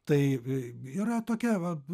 tai yra tokia va va